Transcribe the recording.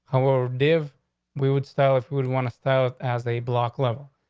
our dev, we would start if we would want to start as a block level.